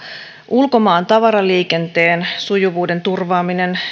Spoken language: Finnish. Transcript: ulkomaan tavaraliikenteen sujuvuuden turvaaminen